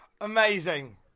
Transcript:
Amazing